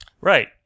Right